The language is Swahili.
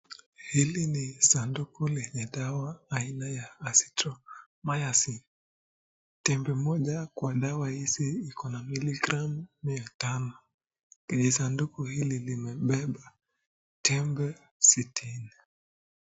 Hili ni sanduku lenye dawa aina ya azithromycin. Tembe moja kwa dawa hizi iko na milligramu mia tano. Kijisanduku hili limebeba tembe sitini.